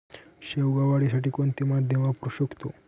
शेवगा वाढीसाठी कोणते माध्यम वापरु शकतो?